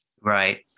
Right